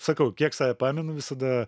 sakau kiek save pamenu visada